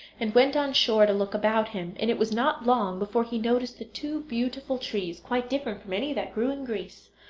and went on shore to look about him, and it was not long before he noticed the two beautiful trees, quite different from any that grew in greece.